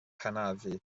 hanafu